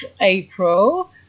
April